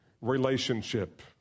relationship